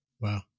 Wow